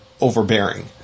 overbearing